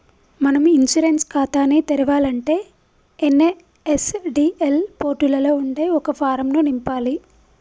మనం ఇన్సూరెన్స్ ఖాతాని తెరవాలంటే ఎన్.ఎస్.డి.ఎల్ పోర్టులలో ఉండే ఒక ఫారం ను నింపాలి